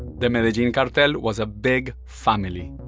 the medellin cartel was a big family.